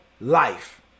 life